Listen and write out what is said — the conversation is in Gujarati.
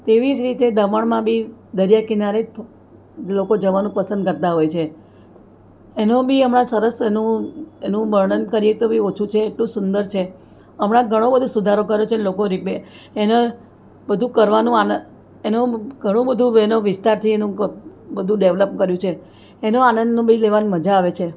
તેવી જ રીતે દમણમાં બી દરિયાકિનારે જ લોકો જવાનું પસંદ કરતાં હોય છે એનો બી હમણાં સરસ એનો એનું વર્ણન કરીએ તો બી ઓછું છે એટલું સુંદર છે હમણાં ઘણો બધો સુધારો કર્યો છે લોકો એના બધું કરવાનું આનંદ એનું ઘણું બધુ એનો વિસ્તારથી એના બધું ડેવલોપ કર્યું છે એનો આનંદ બી લેવાની મજા આવે છે